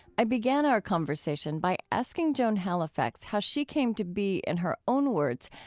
i began our conversation by asking joan halifax how she came to be, in her own words,